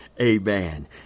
Amen